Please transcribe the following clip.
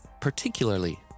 particularly